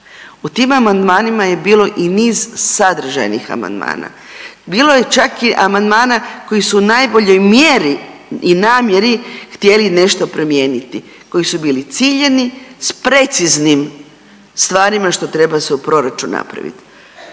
U tim amandmanima je bilo i niz sadržajnih amandmana, bilo je čak i amandmana koji su u najboljoj mjeri i namjeri htjeli nešto promijeniti, koji su bili ciljani s preciznim stvarima što treba se u proračunu napraviti.